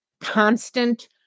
constant